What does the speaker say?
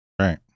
Right